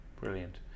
Brilliant